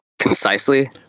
concisely